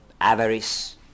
avarice